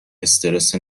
استرس